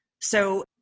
So-